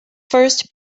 first